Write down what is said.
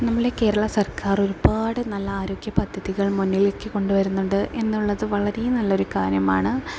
നമ്മളുടെ കേരളസർക്കാർ ഒരുപാട് നല്ല ആരോഗ്യ പദ്ധതികൾ മുന്നിലേക്ക് കൊണ്ടുവരുന്നുണ്ട് എന്നുള്ളത് വളരെ നല്ലൊരു കാര്യമാണ്